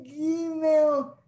gmail